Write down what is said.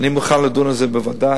אני מוכן לדון על זה בוועדה,